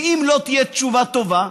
ואם לא תהיה תשובה טובה,